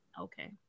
Okay